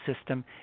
system